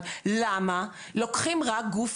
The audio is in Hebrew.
לדון.